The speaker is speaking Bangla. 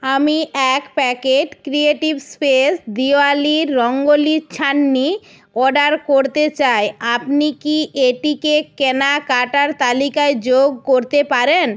আমি এক packet creative space Diwali rangoli ছান্নি অর্ডার করতে চাই আপনি কি এটিকে কেনাকাটার তালিকায় যোগ করতে পারেন